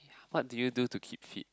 what do you do to keep fit